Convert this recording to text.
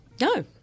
No